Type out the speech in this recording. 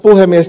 puhemies